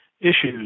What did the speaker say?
issues